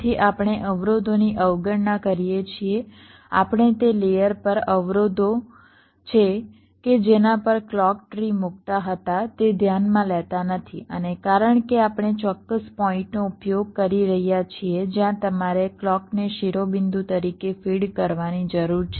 તેથી આપણે અવરોધોની અવગણના કરીએ છીએ આપણે તે લેયર પર અવરોધો છે કે જેના પર ક્લૉક ટ્રી મૂકતા હતા તે ધ્યાનમાં લેતા નથી અને કારણ કે આપણે ચોક્કસ પોઇન્ટનો ઉપયોગ કરી રહ્યા છીએ જ્યાં તમારે ક્લૉકને શિરોબિંદુ તરીકે ફીડ કરવાની જરૂર છે